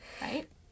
right